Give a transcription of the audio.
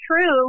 true